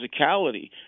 physicality